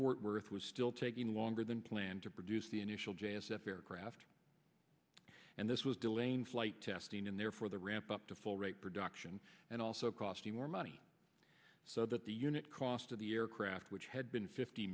fort worth was still taking longer than planned to produce the initial j s f aircraft and this was delaying flight testing and therefore the ramp up to full rate production and also costing more money so that the unit cost of the aircraft which had been fifty